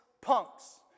punks